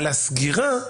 לגבי הסגירה,